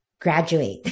graduate